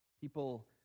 People